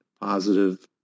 positive